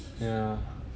yeah